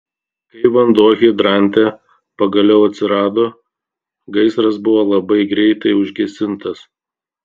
kai vanduo hidrante pagaliau atsirado gaisras buvo labai greitai užgesintas